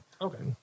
Okay